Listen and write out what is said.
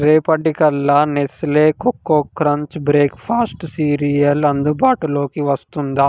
రేపటికల్లా Nestle coco crunch breakfast cereal అందుబాటులోకి వస్తుందా